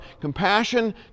compassion